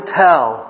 tell